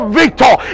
victor